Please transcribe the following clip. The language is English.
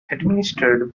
administered